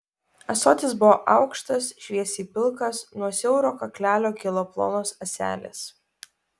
ąsotis buvo aukštas šviesiai pilkas nuo siauro kaklelio kilo plonos ąselės